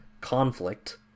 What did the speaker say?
conflict